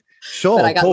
Sure